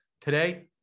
today